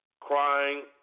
crying